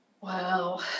Wow